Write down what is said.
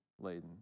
laden